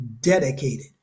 dedicated